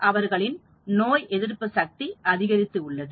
அவர்களின் நோய் எதிர்ப்பு சக்தி அதிகரித்து உள்ளது